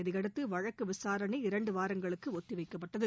இதையடுத்து வழக்கு விசாரணை இரண்டு வாரங்களுக்கு ஒத்தி வைக்கப்பட்டது